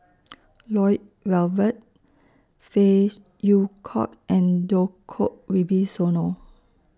Lloyd Valberg Phey Yew Kok and Djoko Wibisono